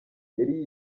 yari